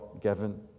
given